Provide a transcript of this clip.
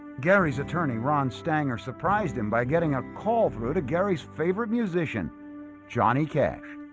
gary's attorney ron stanger surprised him by getting a call through to gary's favorite musician johnny cash